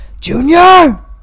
Junior